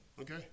okay